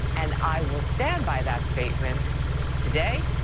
and i will stand by that statement today,